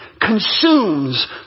consumes